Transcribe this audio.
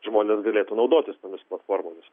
žmonės galėtų naudotis tomis platformomis